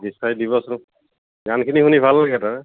বিচাৰি দিবচোন গানখিনি শুনি ভাল লাগে তাৰ